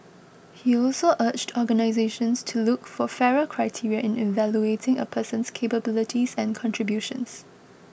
he also urged organisations to look for fairer criteria in evaluating a person's capabilities and contributions